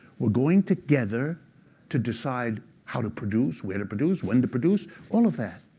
we're going together to decide how to produce, where to produce, when to produce, all of that.